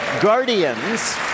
Guardians